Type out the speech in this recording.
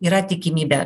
yra tikimybė